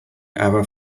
ever